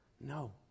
No